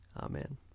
Amen